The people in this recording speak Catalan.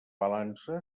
balança